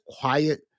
quiet